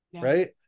right